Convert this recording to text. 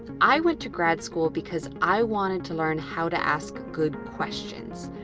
i went to grad school because i wanted to learn how to ask good questions.